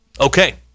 Okay